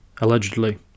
allegedly